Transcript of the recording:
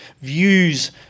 views